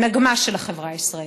הנגמ"ש של החברה הישראלית.